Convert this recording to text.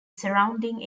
surrounding